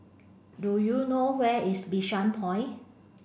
do you know where is Bishan Point